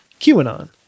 QAnon